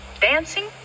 dancing